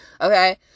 Okay